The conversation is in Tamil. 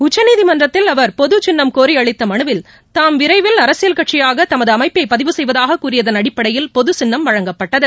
உச்சநீதிமன்றத்தில் அவர் பொது சின்னம் கோரி அளித்த மனுவில் தாம் விரைவில் அரசியல் கட்சியாக தமது அமைப்பை பதிவு செய்வதாக கூறியதன் அடிப்படையில் பொது சின்னம் வழங்கப்பட்டது